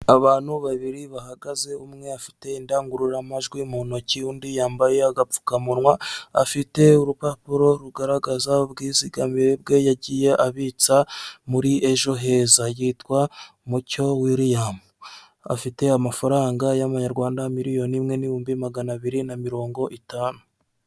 Abantu babiri bahagaze umwe afite indangururamajwi mu ntoki, undi yambaye agapfukamunwa afite urupapuro rugaragaza ubwizigamire bwe yagiye abitsa muri ejo heza, yitwa Mucyo Wiliyamu afite amafaranga y'amanyarwanda miliyoni imwe n'ibihumbi magana abiri na mirongo itanu.